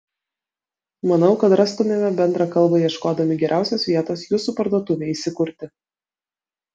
manau kad rastumėme bendrą kalbą ieškodami geriausios vietos jūsų parduotuvei įsikurti